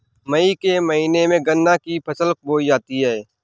मई के महीने में गन्ना की फसल बोई जाती है